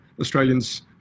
Australians